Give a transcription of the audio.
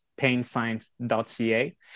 painscience.ca